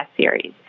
series